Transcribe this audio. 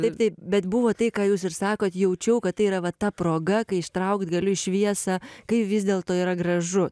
taip taip bet buvo tai ką jūs ir sakot jaučiau kad tai yra va ta proga kai ištraukt galiu į šviesą kai vis dėlto yra gražu